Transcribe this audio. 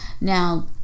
now